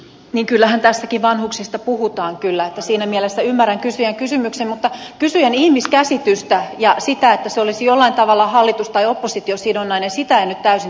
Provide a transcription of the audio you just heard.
niin kyllähän tässäkin vanhuksista puhutaan siinä mielessä ymmärrän kysyjän kysymyksen mutta kysyjän ihmiskäsitystä ja sitä että se olisi jollain tavalla hallitus tai oppositiosidonnainen en täysin tässä ymmärtänyt